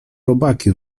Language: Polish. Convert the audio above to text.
robaki